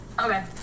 Okay